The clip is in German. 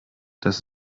das